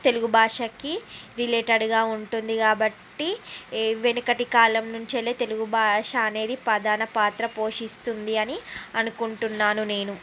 తెలుగు భాషకి రిలేటెడ్గా ఉంటుంది కాబట్టి వెనుకటి కాలం నుంచేలే తెలుగు భాష అనేది ప్రధాన పాత్ర పోషిస్తుంది అని అనుకుంటున్నాను నేను